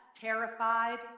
terrified